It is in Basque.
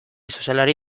sozialari